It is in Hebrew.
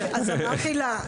אז אמרתי לה,